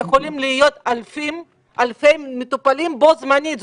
יכולים להיות אלפי מטופלים בו זמנית,